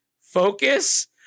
focus